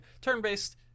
turn-based